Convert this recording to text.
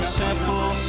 simple